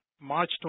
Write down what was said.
March